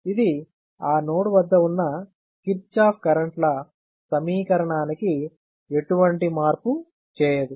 ఇది ఆ నోడ్ వద్ద ఉన్న కిర్చాఫ్ కరెంట్ లా సమీకరణానికి ఎటువంటి మార్పు చేయదు